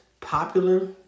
popular